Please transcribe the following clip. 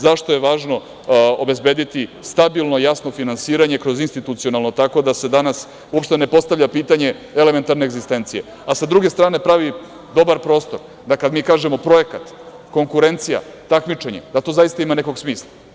Zašto je važno obezbediti stabilno, jasno finansiranje kroz institucionalno, tako da se danas uopšte ne postavlja pitanje elementarne egzistencije, a sa druge strane pravi dobar prostor, da kada mi kažemo projekat, konkurencija, takmičenje, da to zaista ima nekog smisla.